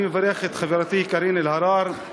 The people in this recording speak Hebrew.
אני מברך את חברתי קארין אלהרר על הצעת החוק.